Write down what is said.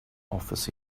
office